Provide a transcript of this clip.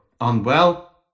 unwell